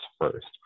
first